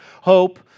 hope